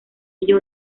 ello